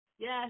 Yes